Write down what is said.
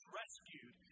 rescued